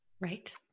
Right